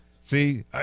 see